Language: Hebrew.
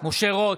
משה רוט,